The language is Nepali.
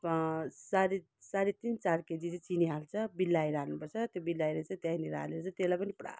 साढे साढे तीन चार केजी चाहिँ चिनी हाल्छ बिलाएर हाल्नु पर्छ त्यो बिलाएर चाहिँ त्यहाँनेर हालेर त्यसलाई पनि पुरा